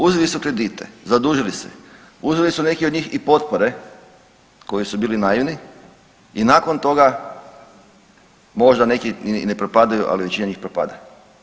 Uzeli su kredite, zadužili se, uzeli su neki od njih i potpore koji su bili naivni i nakon toga, možda neki i ne propadaju ali većina njih propada.